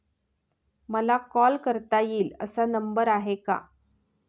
मला कॉल करता येईल असा नंबर आहे का?